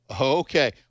Okay